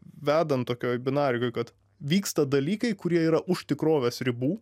vedant tokioj binarikoj kad vyksta dalykai kurie yra už tikrovės ribų